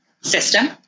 system